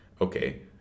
okay